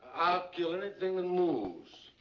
kill anything that moves.